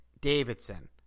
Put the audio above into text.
davidson